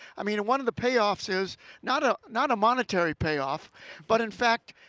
i mean and one of the payoffs is not ah not a monetary payoff but in fact,